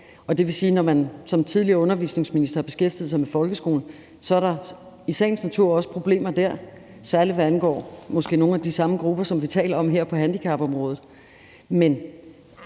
Det vil sige, at når man som tidligere undervisningsminister har beskæftiget sig med folkeskolen, er der i sagens natur også problemer der, særlig hvad angår måske nogle af de samme grupper, som vi taler om her på handicapområdet,